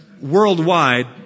worldwide